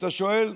אתה שואל: